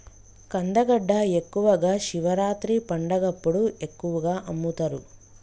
కందగడ్డ ఎక్కువగా శివరాత్రి పండగప్పుడు ఎక్కువగా అమ్ముతరు